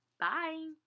bye